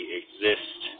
exist